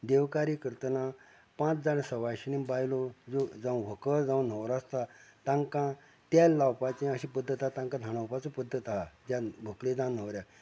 देवकार्य करतना पांच जाण सवायशीणीं बायलो जावं व्हंकल जावं न्हवरो आसता तांकां तेल लावपाची अशी पद्दत हा तांका न्हाणोवपाची पद्दत आहा ज्या व्हंकलेक वा न्हवऱ्याक